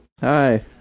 Hi